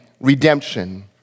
redemption